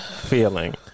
feeling